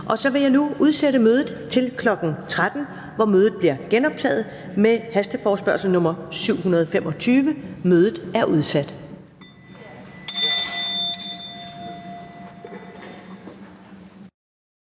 Så vil jeg nu udsætte mødet til kl. 13.00, hvor mødet bliver genoptaget med hasteforespørgsel nr. F 25. Mødet er udsat.